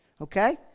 okay